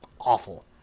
awful